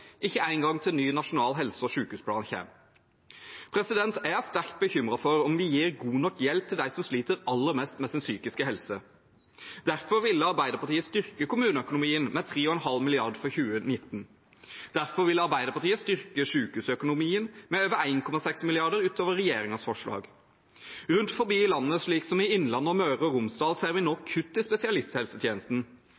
ikke en gang til ny nasjonal helse- og sykehusplan kommer. Jeg er sterkt bekymret for om vi gir god nok hjelp til dem som sliter aller mest med sin psykiske helse. Derfor ville Arbeiderpartiet styrke kommuneøkonomien med 3,5 mrd. kr for 2019, og derfor ville Arbeiderpartiet styrke sykehusøkonomien med over 1,6 mrd. kr utover regjeringens forslag. Rundt omkring i landet, slik som i Innlandet og i Møre og Romsdal, ser vi nå